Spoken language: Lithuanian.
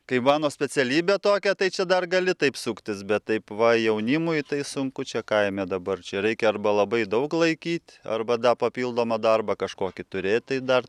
kai mano specialybė tokia tai čia dar gali taip suktis bet taip va jaunimui tai sunku čia kaime dabar čia reikia arba labai daug laikyt arba da papildomą darbą kažkokį turėt tai dar